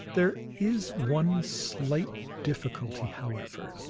there is one slight difficulty, however,